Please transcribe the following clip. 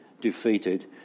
defeated